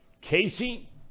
Casey